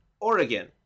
Oregon